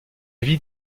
vie